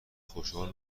خوشحال